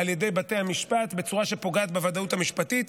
בתי המשפט, בצורה שפוגעת בוודאות המשפטית.